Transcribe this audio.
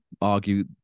argue